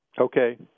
Okay